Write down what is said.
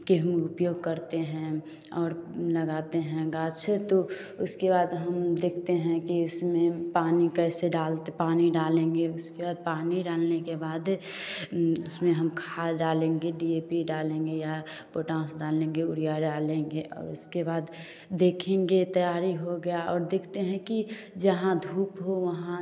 के हम उपयोग करते हैं और लगाते हैं गाछ तो उसके बाद हम देखते हैं कि इसमें पानी कैसे डालते पानी डालेंगे उसके बाद पानी डालने के बाद उसमें हम खाद डालेंगे डी ए पी डालेंगे या पोटास डालेंगे उरिया डालेंगे और इसके बाद देखेंगे तैयारी हो गया और देखते हैं कि जहाँ धूप हो वहाँ